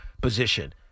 position